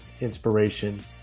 inspiration